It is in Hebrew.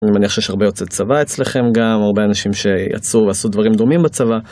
אני מניח שיש הרבה יוצאי צבא אצלכם גם, הרבה אנשים שיצאו ועשו דברים דומים בצבא.